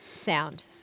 sound